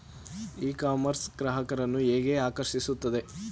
E commerce ಗ್ರಾಹಕರನ್ನು ಹೇಗೆ ಆಕರ್ಷಿಸುತ್ತದೆ?